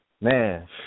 man